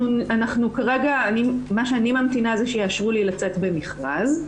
מה שאני ממתינה, זה שיאשרו לי לצאת במכרז.